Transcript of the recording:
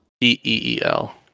P-E-E-L